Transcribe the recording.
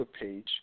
page